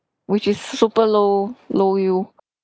which is super low low yield